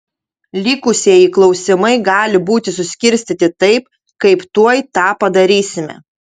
likusieji klausimai gali būti suskirstyti taip kaip tuoj tą padarysime